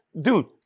Dude